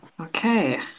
Okay